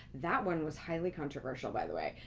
that one was highly controversial, by the way.